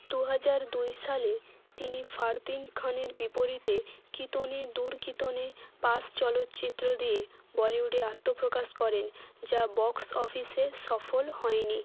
দু হাজার দুই সালে তিনি ফারদিন খানের বিপরীতে কিতনে দূর কিতনে পাস চলচ্চিত্র দিয়ে বলিউডে আত্মপ্রকাশ করেন যা বক্স অফিসে সফল হয় নি